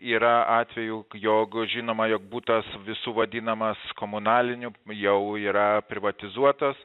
yra atvejų jog žinoma jog butas visų vadinamas komunaliniu jau yra privatizuotas